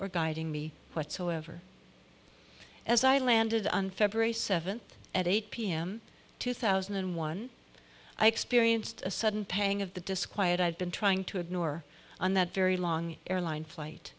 or guiding me whatsoever as i landed on february seventh at eight pm two thousand and one i experienced a sudden pang of the disquiet i'd been trying to ignore on that very long airline flight